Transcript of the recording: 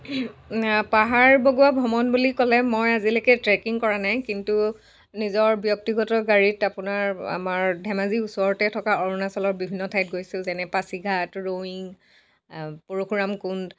পাহাৰ বগুৱা ভ্ৰমণ বুলি ক'লে মই আজিলৈকে ট্ৰেকিং কৰা নাই কিন্তু নিজৰ ব্যক্তিগত গাড়ীত আপোনাৰ আমাৰ ধেমাজিৰ ওচৰতে থকা অৰুণাচলৰ বিভিন্ন ঠাইত গৈছোঁ যেনে পাছিঘাট ৰয়িং পৰশুৰাম কুণ্ড